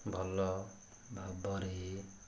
ଭଲ ଭାବରେ